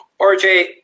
RJ